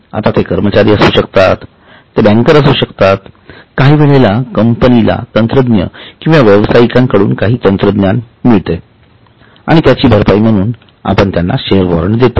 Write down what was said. आता ते कर्मचारी असू शकतात ते बँकर असू शकतात काही वेळा कंपनीला तंत्रज्ञ किंवा व्यावसायिकांकडून काही तंत्रज्ञान मिळते आणि त्याची भरपाई म्हणून आपण त्यांना शेअर वॉरंट देतो